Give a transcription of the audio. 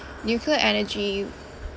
nuclear energy